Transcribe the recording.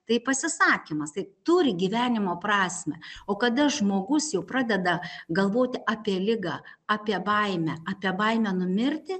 tai pasisakymas tai turi gyvenimo prasmę o kada žmogus jau pradeda galvoti apie ligą apie baimę apie baimę numirti